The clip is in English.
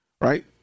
Right